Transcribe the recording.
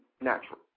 natural